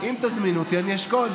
אם תזמינו אותי אני אשקול,